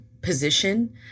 position